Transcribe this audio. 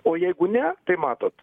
o jeigu ne tai matot